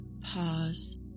pause